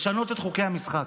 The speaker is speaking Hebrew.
לשנות את חוקי המשחק.